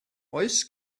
oes